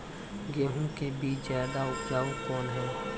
गेहूँ के बीज ज्यादा उपजाऊ कौन है?